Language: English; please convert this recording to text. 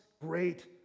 great